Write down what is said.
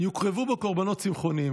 יוקרבו בו קורבנות צמחוניים.